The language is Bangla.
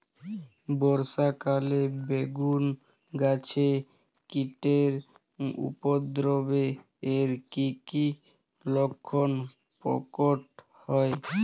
বর্ষা কালে বেগুন গাছে কীটের উপদ্রবে এর কী কী লক্ষণ প্রকট হয়?